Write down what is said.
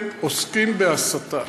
אתם עוסקים בהסתה.